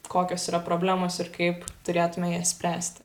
kokios yra problemos ir kaip turėtume jas spręsti